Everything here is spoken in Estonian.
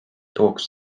tooks